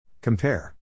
Compare